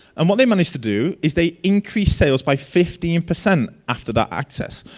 and what they managed to do is they increase sales by fifteen percent after that access,